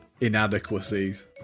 inadequacies